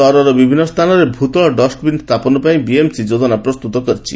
ସହରର ବିଭିନୁ ସ୍ଚାନରେ ଭୂତଳ ଡଷ୍ବିନ୍ ସ୍ଚାପନ ପାଇଁ ବିଏମ୍ସି ଯୋଜନା ପ୍ରସ୍ତୁତ କରିଛି